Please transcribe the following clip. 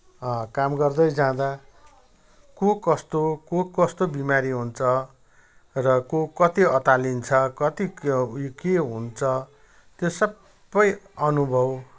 काम गर्दै जाँदा को कस्तो को कस्तो बिमारी हुन्छ र को कति अतालिन्छ को कति उयो के हुन्छ त्यो सबै अनुभव